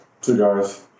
Cigars